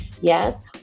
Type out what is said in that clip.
Yes